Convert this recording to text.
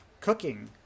cooking